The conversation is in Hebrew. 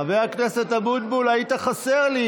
חבר הכנסת אבוטבול, היית חסר לי.